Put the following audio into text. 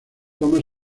toma